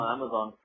Amazon